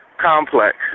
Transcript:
Complex